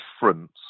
difference